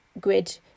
grid